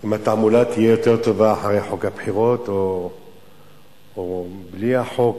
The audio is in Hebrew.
אם התעמולה תהיה יותר טובה אחרי חוק הבחירות או בלי החוק.